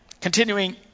continuing